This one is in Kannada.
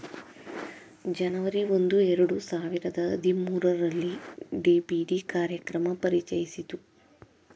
ಜನವರಿ ಒಂದು ಎರಡು ಸಾವಿರದ ಹದಿಮೂರುರಲ್ಲಿ ಡಿ.ಬಿ.ಡಿ ಕಾರ್ಯಕ್ರಮ ಪರಿಚಯಿಸಿತು